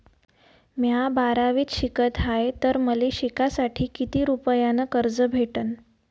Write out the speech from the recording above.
म्या बारावीत शिकत हाय तर मले शिकासाठी किती रुपयान कर्ज भेटन?